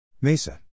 MESA